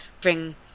bring